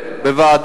צד.